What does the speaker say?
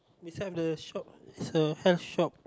inside the shop is a health shop